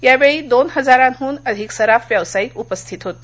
या वेळी दोन हजारांहून अधिक सराफ व्यावसायिक उपस्थित होते